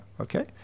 okay